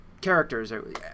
characters